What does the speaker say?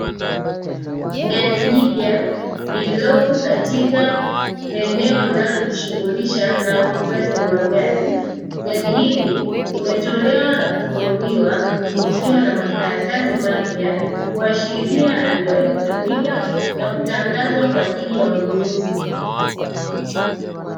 Gari jipya lililopo katika eneo linalojishughulisha na uuzaji wa magari. Gari ili linatolewa na kufunuliwa likiwa na makaratsi mapya kuashilia alijawahi kutumika na kutangazwa kwa ajili ya wanunuzi.